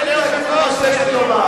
תן לי להגיד את מה שיש לי לומר.